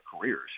careers